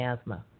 asthma